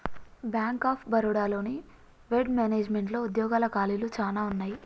bank of Baroda లోని వెడ్ మేనేజ్మెంట్లో ఉద్యోగాల ఖాళీలు చానా ఉన్నయి